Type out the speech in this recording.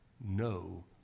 no